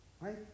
right